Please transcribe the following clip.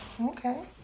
Okay